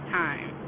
time